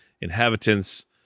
inhabitants